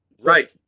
Right